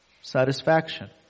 satisfaction